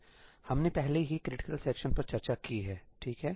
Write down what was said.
इसलिए हमने पहले ही क्रिटिकल सेक्शनसपर चर्चा की है ठीक है